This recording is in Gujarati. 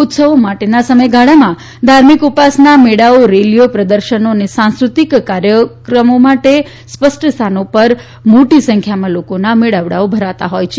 ઉત્સવો માટેના સમયગાળામાં ધાર્મિક ઉપાસના મેળાઓ રેલીઓ પ્રદર્શનો અને સાંસ્કૃતિક કાર્યો માટે સ્પષ્ટસ્થાનો પર મોટી સંખ્યામાં લોકોના મેળાવડાઓ ભરાતા હોય છે